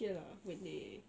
ya lah when they